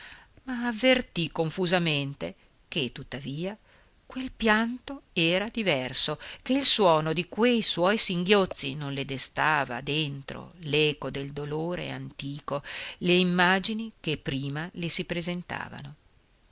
ma avvertì confusamente che tuttavia quel pianto era diverso che il suono di quei suoi singhiozzi non le destava dentro l'eco del dolore antico le immagini che prima le si presentavano